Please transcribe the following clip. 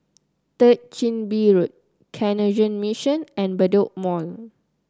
Third Chin Bee Road Canossian Mission and Bedok Mall